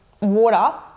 water